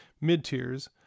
mid-tiers